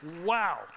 Wow